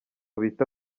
bita